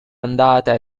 andata